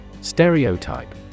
Stereotype